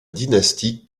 dynastie